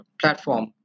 platform